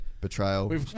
Betrayal